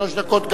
שלוש דקות.